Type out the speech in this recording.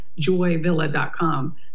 joyvilla.com